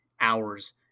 hours